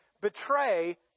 betray